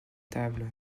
table